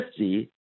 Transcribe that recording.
50